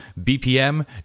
BPM